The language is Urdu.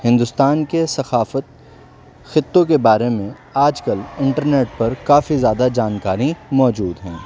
ہندوستان کے ثقافت خطوں کے بارے میں آج کل انٹرنیٹ پر کافی زیادہ جانکاری موجود ہیں